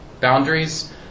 boundaries